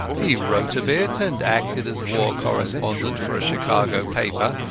he wrote a bit, and acted as war correspondent for a chicago paper,